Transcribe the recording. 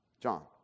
John